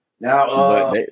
Now